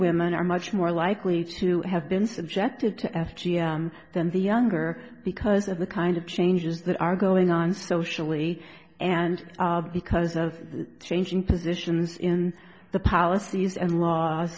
women are much more likely to have been subjected to s g m than the younger because of the kind of changes that are going on socially and of because of changing positions in the policies and laws